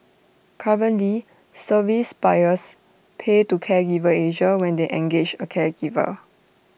currently service buyers pay to Caregiver Asia when they engage A caregiver